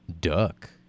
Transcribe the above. duck